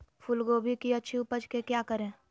फूलगोभी की अच्छी उपज के क्या करे?